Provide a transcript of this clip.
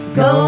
go